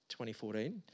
2014